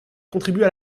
contribuent